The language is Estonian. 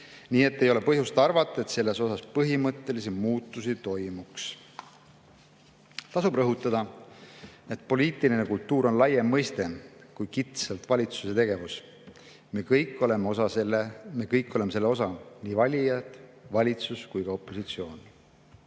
nii et ei ole põhjust arvata, et selles osas põhimõttelisi muudatusi toimuks. Tasub rõhutada, et poliitiline kultuur on laiem mõiste kui kitsalt valitsuse tegevus. Me kõik oleme selle osa, nii valijad, valitsus kui ka opositsioon.